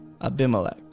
Abimelech